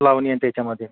लावणी आणि त्याच्यामध्ये